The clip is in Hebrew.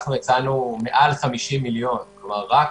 אנחנו הצענו: מעל 50 מיליון, כלומר למסות רק